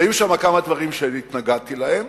כי היו שם כמה דברים שהתנגדתי להם,